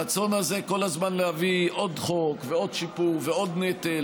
הרצון הזה כל הזמן להביא עוד חוק ועוד שיפור ועוד נטל